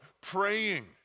praying